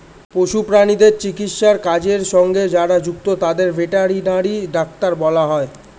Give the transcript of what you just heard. পশু প্রাণীদের চিকিৎসার কাজের সঙ্গে যারা যুক্ত তাদের ভেটেরিনারি ডাক্তার বলা হয়